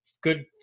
good